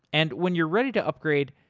and when you're ready to upgrade,